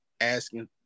asking